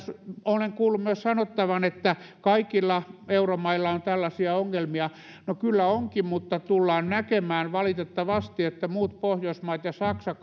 olen kuullut myös sanottavan että kaikilla euromailla on tällaisia ongelmia no kyllä onkin mutta tullaan näkemään valitettavasti että muut pohjoismaat ja saksa